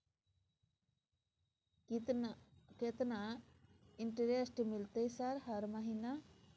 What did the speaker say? केतना इंटेरेस्ट मिलते सर हर महीना?